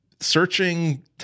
searching